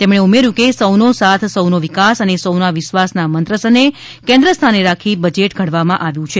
તેમણે ઉમેર્યું હતું કે સૌનો સાથ સૌનો વિકાસ અને સૌના વિશ્વાસ ના મંત્ર ને કેન્દ્રસ્થાને રાખી બજેટ ઘડવામાં આવ્યું છે